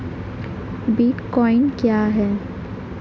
Bitcoin क्या है?